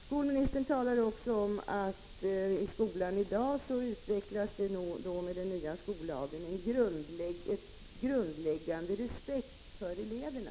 Skolministern talar också om att med den nya skollagen utvecklas i skolan en grundläggande respekt för eleverna.